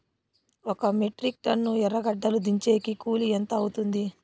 ఒక metric tonne ఎర్రగడ్డలు దించేకి కూలి ఎంత అవుతుంది?